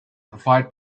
provide